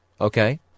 okay